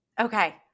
Okay